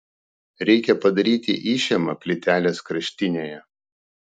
reikia padaryti išėmą plytelės kraštinėje